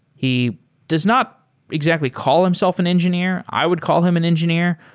he does not exactly call himself an engineer. i would call him an engineer,